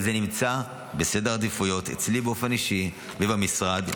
זה נמצא בסדר העדיפויות אצלי באופן אישי ובמשרד.